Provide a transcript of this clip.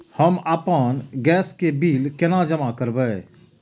हम आपन गैस के बिल केना जमा करबे?